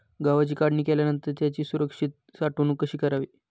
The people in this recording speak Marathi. गव्हाची काढणी केल्यानंतर त्याची सुरक्षित साठवणूक कशी करावी?